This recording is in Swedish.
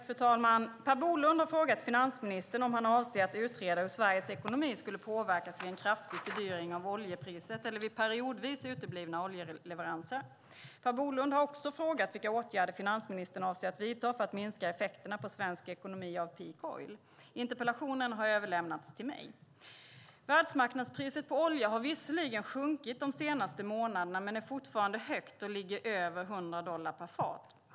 Fru talman! Per Bolund har frågat finansministern om han avser att utreda hur Sveriges ekonomi skulle påverkas vid en kraftig fördyring av oljepriset eller vid periodvis uteblivna oljeleveranser. Per Bolund har också frågat vilka åtgärder finansministern avser att vidta för att minska effekterna på svensk ekonomi av peak oil. Interpellationen har överlämnats till mig. Världsmarknadspriset på olja har visserligen sjunkit de senaste månaderna men är fortfarande högt och ligger över 100 dollar per fat.